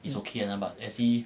it's okay lah but as he